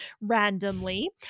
randomly